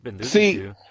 See